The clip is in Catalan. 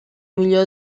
millor